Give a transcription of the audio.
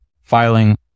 filing